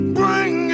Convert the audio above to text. bring